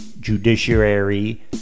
judiciary